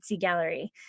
gallery